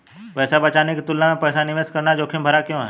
पैसा बचाने की तुलना में पैसा निवेश करना जोखिम भरा क्यों है?